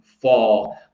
fall